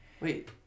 Wait